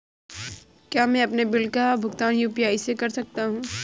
क्या मैं अपने बिल का भुगतान यू.पी.आई से कर सकता हूँ?